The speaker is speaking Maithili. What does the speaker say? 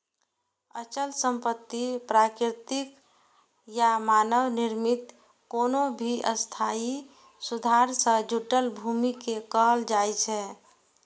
अचल संपत्ति प्राकृतिक या मानव निर्मित कोनो भी स्थायी सुधार सं जुड़ल भूमि कें कहल जाइ छै